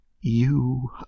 You